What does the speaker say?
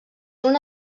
una